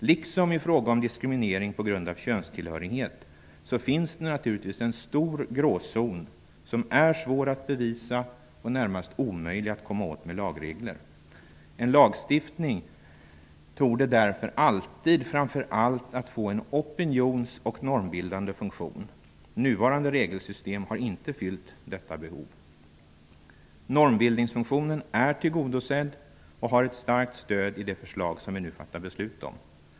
Liksom i fråga om diskriminering på grund av könstillhörighet finns det naturligtvis en stor gråzon som är svår att bevisa och närmast omöjlig att komma åt med lagregler. En lagstiftning torde därför alltid framför allt få en opinions och normbildande funktion. Nuvarande regelsystem har inte denna funktion. Normbildningsfunktionen är tillgodosedd och har ett starkt stöd i det förslag vi nu fattar beslut om.